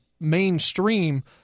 mainstream